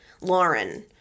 Lauren